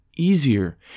easier